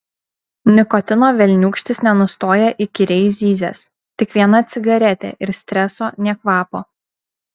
nikotino velniūkštis nenustoja įkyriai zyzęs tik viena cigaretė ir streso nė kvapo